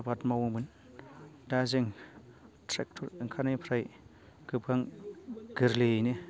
आबाद मावोमोन दा जों ट्रेक्ट'र ओंखारनायनिफ्राय गोबां गोरलैयैनो